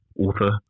Author